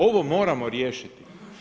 Ovo moramo riješiti.